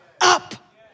up